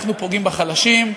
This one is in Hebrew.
אנחנו פוגעים בחלשים,